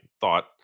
thought